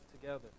together